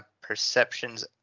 perceptions